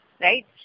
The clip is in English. Right